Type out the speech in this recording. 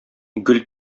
гөл